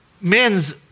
men's